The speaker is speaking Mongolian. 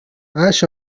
ааш